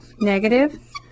negative